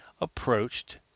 approached